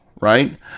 right